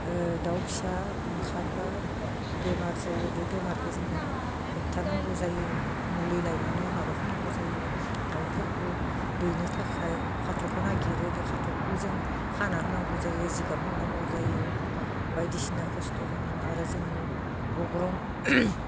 दाउ फिसा ओंखारबा बेमार जायो बे बेमारखो जोङो होबथानांगौ जायो मुलि लायनानै माबा खालामनांगौ जायो दाउफोरखौ दैनो थाखाय खाथ'खौ नागिरो बे खाथ'खौबो जों खाना होनांगौ जायो जिगाब होनांगौ जायो बायदिसिना खस्त' दङ आरो जोङो अग्रं